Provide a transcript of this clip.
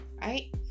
right